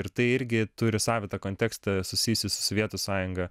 ir tai irgi turi savitą kontekstą susijusį su sovietų sąjunga